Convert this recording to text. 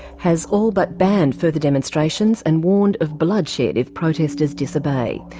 has all but banned further demonstrations and warned of bloodshed if protesters disobey.